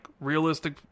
realistic